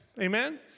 Amen